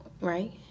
right